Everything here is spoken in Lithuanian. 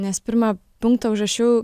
nes pirmą punktą užrašiau